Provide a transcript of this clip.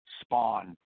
spawn